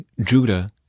Judah